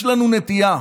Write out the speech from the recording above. יש לנו נטייה,